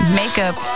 makeup